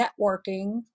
networking